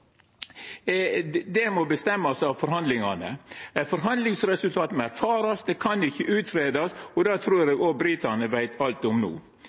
forhandlingane. Men forhandlingsresultata må erfarast, dei kan ikkje verta utgreidde – og det trur eg òg britane veit alt om no.